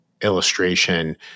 illustration